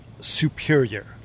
superior